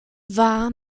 war